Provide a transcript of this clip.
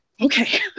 okay